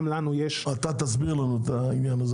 לנו יש- -- אתה תסביר לנו את העניין הזה,